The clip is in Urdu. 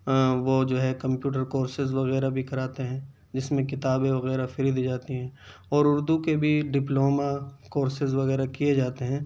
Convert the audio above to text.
وہ جو ہے کمپیوٹر کورسیز وغیرہ بھی کراتے ہیں جس میں کتابیں وغیرہ فری دی جاتی ہیں اور اردو کے بھی ڈپلوما کورسیز وغیرہ کیے جاتے ہیں